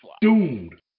Doomed